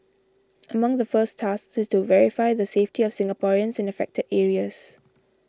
among the first tasks is to verify the safety of Singaporeans in affected areas